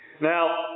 Now